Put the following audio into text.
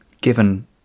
given